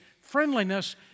friendliness